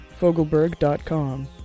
fogelberg.com